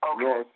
Okay